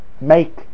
make